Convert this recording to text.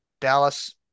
Dallas